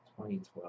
2012